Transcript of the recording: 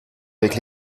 avec